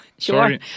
Sure